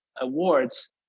awards